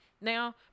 now